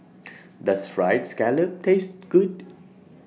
Does Fried Scallop Taste Good